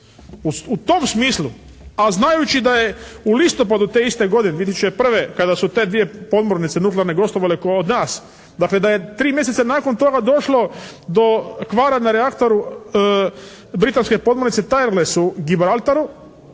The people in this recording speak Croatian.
U tom smislu, a znajući da je u listopadu te iste godine 2001. kada su te dvije podmornice nuklearne gostovale kod nas, dakle da je tri mjeseca nakon toga došlo do kvara na reaktoru britanske podmornice … Gilbraltaru